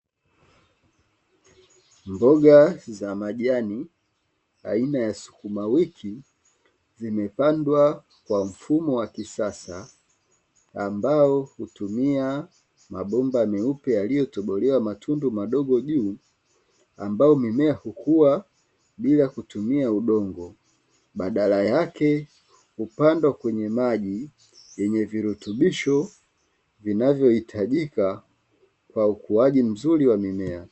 Mboga za majani aina ya sukuma wiki zimepandwa kwa mfumo wa kisasa ambao hutumia mabomba meupe yaliyotobolewa matundu madogo juu, ambayo mimea hukuwa bila kutumia udongo badala yake upande kwenye maji yenye virutubisho vinavyohitajika kwa ukuaji mzuri wa mimea.